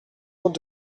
route